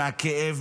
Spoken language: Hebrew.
מהכאב,